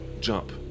jump